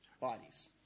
bodies